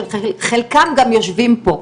שחלקם גם יושבים פה: